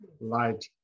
light